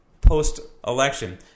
post-election